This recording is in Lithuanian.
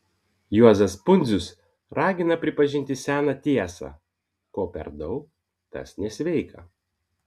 juozas pundzius ragina pripažinti seną tiesą ko per daug tas nesveika